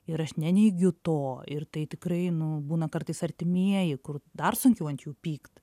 ir aš neneigiu to ir tai tikrai nu būna kartais artimieji kur dar sunkiau ant jų pykt